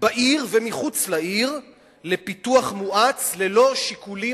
בעיר ומחוץ לעיר לפיתוח מואץ ללא שיקולים